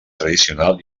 tradicional